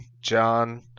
john